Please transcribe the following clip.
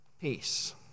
Peace